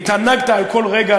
התענגת על כל רגע,